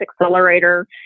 accelerator